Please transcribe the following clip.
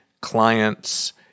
clients